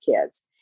kids